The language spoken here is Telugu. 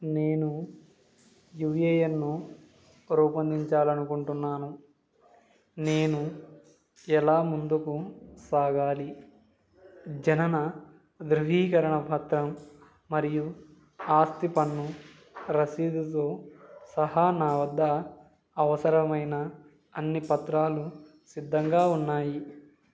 నేను యూఏఎన్ను రూపొందించాలనుకుంటున్నాను నేను ఎలా ముందుకు సాగాలి జనన ధృవీకరణ పత్రం మరియు ఆస్తి పన్ను రసీదుతో సహా నా వద్ద అవసరమైన అన్ని పత్రాలు సిద్ధంగా ఉన్నాయి